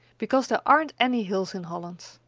because there aren't any hills in holland.